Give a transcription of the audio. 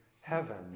heaven